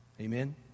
Amen